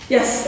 Yes